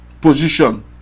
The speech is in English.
position